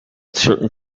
certain